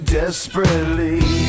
desperately